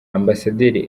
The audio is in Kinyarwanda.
ambasaderi